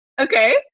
Okay